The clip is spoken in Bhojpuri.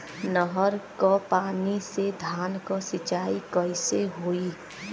नहर क पानी से धान क सिंचाई कईसे होई?